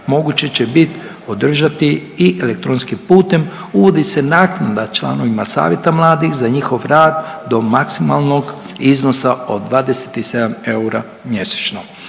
moguće će biti održati i elektronskim putem, uvodi se naknada članovima savjeta mladih za njihov rad do maksimalnog iznosa od 27 eura mjesečno.